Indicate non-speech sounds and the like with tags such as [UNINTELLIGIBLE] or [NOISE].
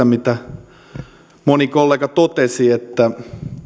[UNINTELLIGIBLE] mitä moni kollega totesi että